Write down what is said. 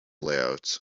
layout